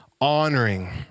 Honoring